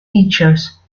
features